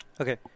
Okay